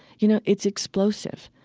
you know, it's explosive.